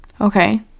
Okay